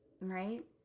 right